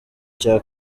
cya